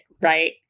right